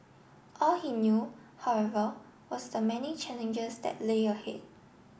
all he knew however was the many challenges that lay ahead